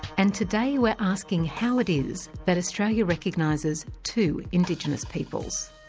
and today we're asking how it is that australia recognises two indigenous peoples.